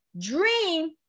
Dream